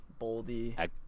boldy